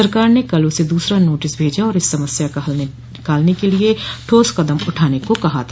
सरकार ने कल उसे दूसरा नोटिस भेजा और इस समस्या का हल निकालने के लिए ठोस कदम उठाने को कहा था